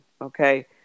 okay